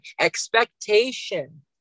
expectation